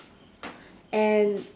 and